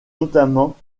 notamment